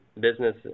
business